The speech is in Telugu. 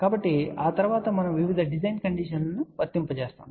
కాబట్టి ఆ తరువాత మనము వివిధ డిజైన్ కండిషన్ ను వర్తింపజేస్తాము